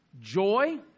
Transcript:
joy